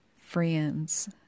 friends